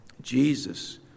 Jesus